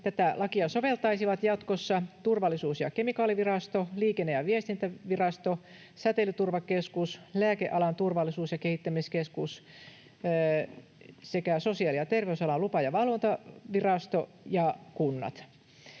tätä lakia soveltaisivat jatkossa Turvallisuus- ja kemikaalivirasto, Liikenne- ja viestintävirasto, Säteilyturvakeskus, Lääkealan turvallisuus- ja kehittämiskeskus sekä Sosiaali- ja terveysalan lupa- ja valvontavirasto ja kunnat.